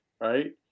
right